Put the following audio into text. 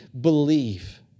believe